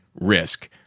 risk